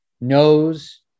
knows